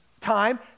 time